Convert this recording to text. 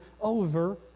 over